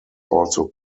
also